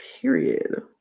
period